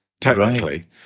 technically